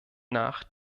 nach